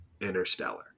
Interstellar